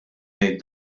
ngħid